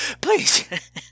Please